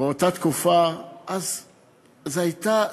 באותה תקופה הייתה סיבה.